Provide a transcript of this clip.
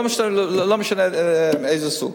לא משנה איזה סוג.